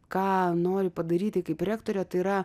ką nori padaryti kaip rektorėtai yra